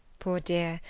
poor dear,